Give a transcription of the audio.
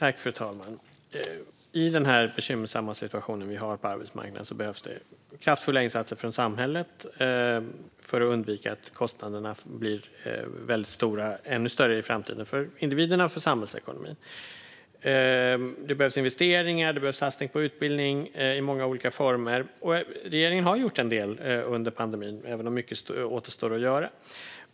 Fru talman! I den bekymmersamma situation som vi har på arbetsmarknaden behövs kraftfulla insatser från samhället för att undvika att kostnaderna blir väldigt stora, och ännu större i framtiden, för individerna och för samhällsekonomin. Det behövs investeringar och satsningar på utbildning i många olika former. Regeringen har gjort en del under pandemin även om mycket återstår att göra.